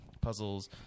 puzzles